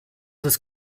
ist